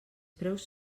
preus